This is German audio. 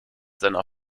seiner